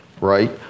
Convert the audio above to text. right